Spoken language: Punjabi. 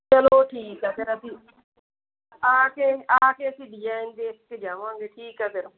ਚਲੋ ਠੀਕ ਹੈ ਫੇਰ ਅਸੀਂ ਆ ਕੇ ਆ ਕੇ ਅਸੀਂ ਡਿਜਾਈਨ ਦੇਖ ਕੇ ਜਾਵਾਂਗੇ ਠੀਕ ਹੈ ਫੇਰ